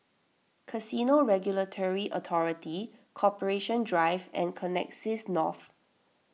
Casino Regulatory Authority Corporation Drive and Connexis North